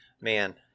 Man